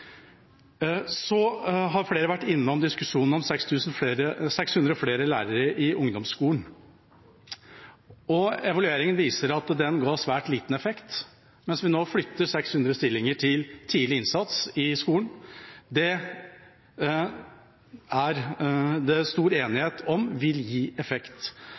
så strålende. Så har flere vært innom diskusjonen om 600 flere lærere i ungdomsskolen. Evalueringen viser at det ga svært liten effekt, og vi flytter nå 600 stillinger til tidlig innsats i skolen. Det er det stor enighet om vil gi effekt.